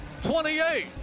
28